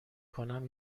کنم